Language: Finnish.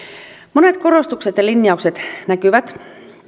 monet korostukset ja linjaukset näkyvät